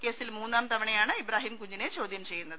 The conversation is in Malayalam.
കേസിൽ മൂന്നാം തവണയാണ് ഇബ്രാഹിം കുഞ്ഞിനെ ചോദ്യം ചെയ്യുന്നത്